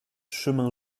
chemin